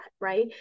right